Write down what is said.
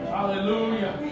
Hallelujah